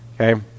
Okay